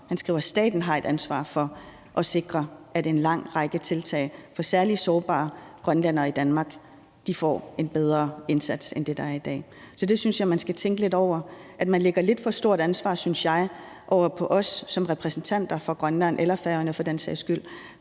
han skriver, at staten har et ansvar for at sikre en lang række tiltag for særlig sårbare grønlændere i Danmark, så de får en bedre indsats end den, der er i dag. Så det synes jeg man skal tænke lidt over. Man lægger et lidt for stort ansvar, synes jeg, over på os som repræsentanter for Grønland – eller Færøerne for den sags skyld